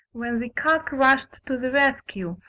when the cock rushed to the rescue,